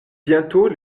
bientôt